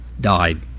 died